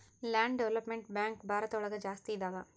land development bank Bharat ಒಳಗ ಜಾಸ್ತಿ ಇದಾವ